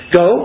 go